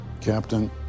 Captain